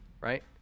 right